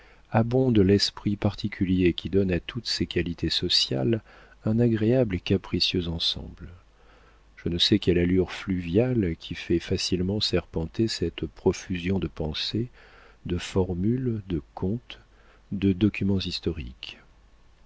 abonde l'esprit particulier qui donne à toutes ces qualités sociales un agréable et capricieux ensemble je ne sais quelle allure fluviale qui fait facilement serpenter cette profusion de pensées de formules de contes de documents historiques